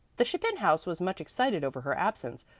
the chapin house was much excited over her absence,